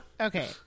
Okay